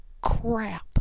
Crap